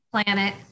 planet